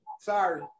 Sorry